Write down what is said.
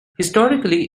historically